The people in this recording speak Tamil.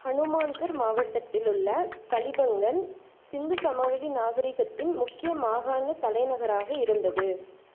ஹனுமான்கர் மாவட்டத்தில் உள்ள கலிபங்கன் சிந்து சமவெளி நாகரிகத்தின் முக்கிய மாகாண தலைநகராக இருந்தது